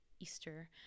Easter